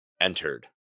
entered